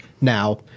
Now